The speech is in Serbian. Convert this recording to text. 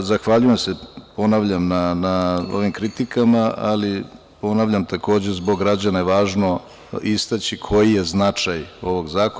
zahvaljujem se, ponavljam, na ovim kritikama, ali ponavljam takođe zbog građana je važno istaći koji je značaj ovog zakona.